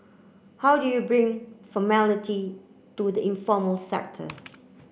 how do you bring formality to the informal sector